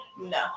No